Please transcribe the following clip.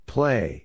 Play